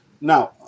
Now